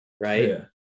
right